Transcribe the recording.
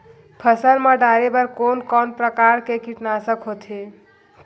फसल मा डारेबर कोन कौन प्रकार के कीटनाशक होथे?